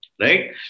right